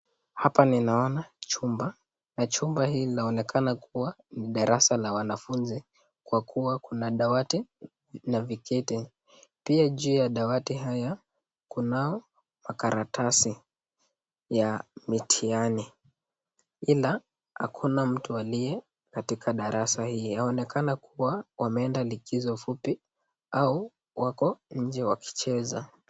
Hapa ninaona chumba na chumba hii inaonekana kuwa ni darasa la wanafunzi kwa kuwa kuna dawati na viketi pia juu ya dawati hiyo kunayo makaratasi ya mitihani ila hakuna mtu aliyekatika darasa hii. Yaonekana kuwa wameenda likizo fupi au wako nje wakicheza.